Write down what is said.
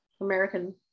American